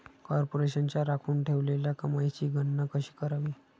कॉर्पोरेशनच्या राखून ठेवलेल्या कमाईची गणना कशी करावी